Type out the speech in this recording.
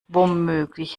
womöglich